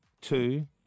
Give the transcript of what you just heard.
Two